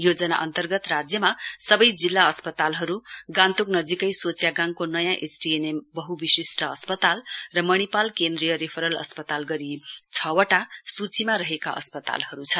योजना अन्तर्गत राज्यमा सबै जिल्ला अस्पतालहरु गान्तोक नजीकै सोच्यागाङको नयाँ एसटीएनएम वहुबिशिष्ट अस्पताल र मणिपाल केन्द्रीय रेफरल अस्पताल गरी छ वटा सुचीमा रहेका अस्पतालहरु छन्